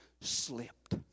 slipped